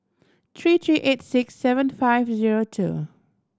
three three eight six seven five zero two